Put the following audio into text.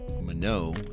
Mano